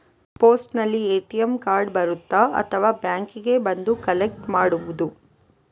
ಪೋಸ್ಟಿನಲ್ಲಿ ATM card ಬರುತ್ತಾ ಅಥವಾ ಬ್ಯಾಂಕಿಗೆ ಬಂದು ಕಲೆಕ್ಟ್ ಮಾಡುವುದು?